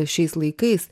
šiais laikais